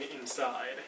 inside